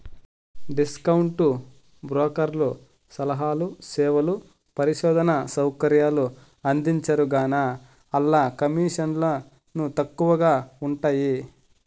discount బ్రోకర్లు సలహాలు, సేవలు, పరిశోధనా సౌకర్యాలు అందించరుగాన, ఆల్ల కమీసన్లు తక్కవగా ఉంటయ్యి